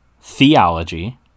theology